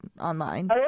online